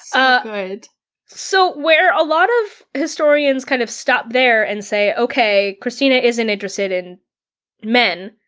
ah good. so where a lot of historians kind of stop there and say okay, kristina isn't interested in men.